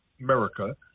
america